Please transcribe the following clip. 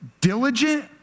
Diligent